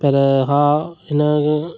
पर हा हिन